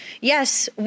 yes